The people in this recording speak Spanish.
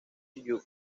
your